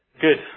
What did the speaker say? Good